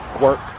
work